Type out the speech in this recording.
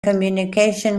communication